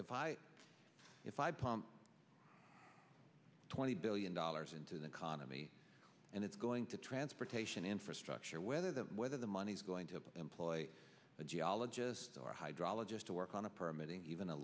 i if i pump twenty billion dollars into the economy and it's going to transportation infrastructure whether the whether the money's going to employ a geologist or hydrologist to work on a permit even a